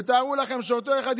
ותארו לכם שאותו אחד,